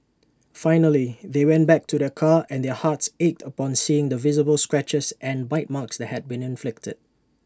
finally they went back to their car and their hearts ached upon seeing the visible scratches and bite marks that had been inflicted